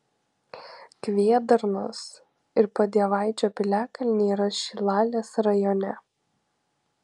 kvėdarnos ir padievaičio piliakalniai yra šilalės rajone